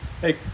Hey